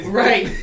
right